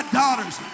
daughters